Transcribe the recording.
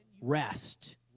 rest